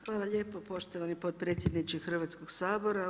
Hvala lijepo poštovani potpredsjedniče Hrvatskog sabora.